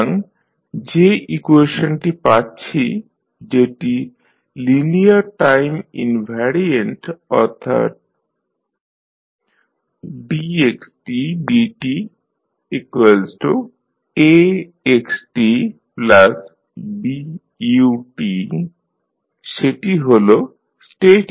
সুতরাং যে ইকুয়েশনটি পাচ্ছি যেটি লিনিয়ার টাইম ইনভ্যারিয়ান্ট অর্থাৎ dxdtAxtBut সেটি হল স্টেট ইকুয়েশন